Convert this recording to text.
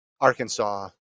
Arkansas